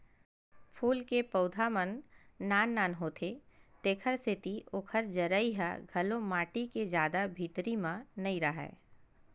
फूल के पउधा मन नान नान होथे तेखर सेती ओखर जरई ह घलो माटी के जादा भीतरी म नइ राहय